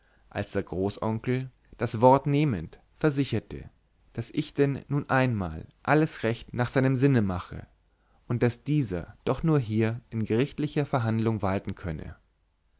als der großonkel das wort nehmend versicherte daß ich denn nun einmal alles recht nach seinem sinne mache und daß dieser doch nur hier in gerichtlicher verhandlung walten könne